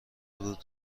بود